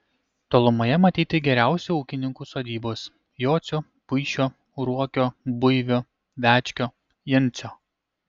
tolumoje matyti geriausių ūkininkų sodybos jocio puišio ruokio buivio večkio jancio